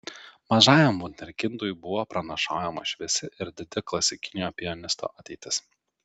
mažajam vunderkindui buvo pranašaujama šviesi ir didi klasikinio pianisto ateitis